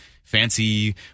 Fancy